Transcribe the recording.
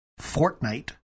Fortnite